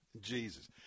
Jesus